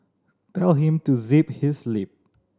tell him to zip his lip